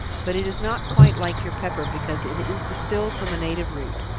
but it is not quite like your pepper because it is distilled from a native root.